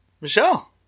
Michelle